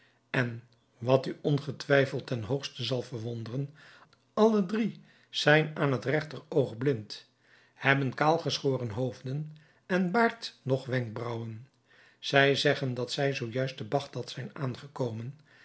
en wat u ongetwijfeld ten hoogste zal verwonderen alle drie zijn aan het regter oog blind hebben kaalgeschoren hoofden en baard noch wenkbraauwen zij zeggen dat zij zoo juist te bagdad zijn aangekomen